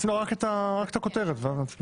הקמת ועדה משותפת לוועדת